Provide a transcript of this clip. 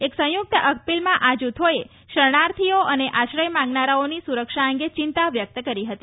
એક સંયુક્ત અપિલમાં આ જૂથોએ શરર્ણાર્થીઓ અને આશ્રય માંગનારાઓની સુરક્ષા અંગે ચિંતા વ્યક્ત કરી હતી